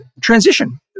transition